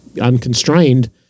unconstrained